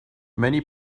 many